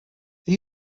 they